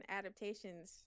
adaptations